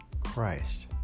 Christ